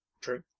True